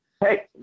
Hey